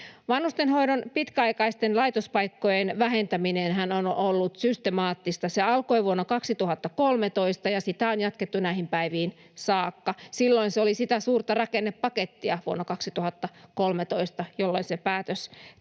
Vanhustenhoidon pitkäaikaisten laitospaikkojen vähentäminenhän on ollut systemaattista. Se alkoi vuonna 2013, ja sitä on jatkettu näihin päiviin saakka. Silloin se oli sitä suurta rakennepakettia, vuonna 2013, jolloin se päätös tehtiin.